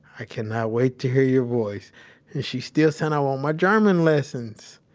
i cannot wait to hear your voice and she's still saying, i want my german lessons